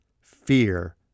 fear